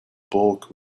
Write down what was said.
bulk